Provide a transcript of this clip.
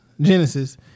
Genesis